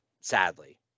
sadly